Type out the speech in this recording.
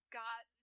got